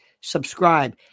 subscribe